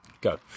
go